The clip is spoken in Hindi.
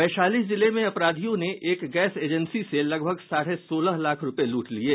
वैशाली जिले में अपराधियों ने एक गैस एजेंसी से लगभग साढ़े सोलह लाख रूपये लूट लिये